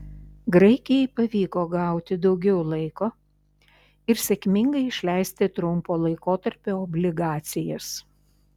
graikijai pavyko gauti daugiau laiko ir sėkmingai išleisti trumpo laikotarpio obligacijas